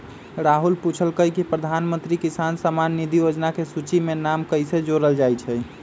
राहुल पूछलकई कि प्रधानमंत्री किसान सम्मान निधि योजना के सूची में नाम कईसे जोरल जाई छई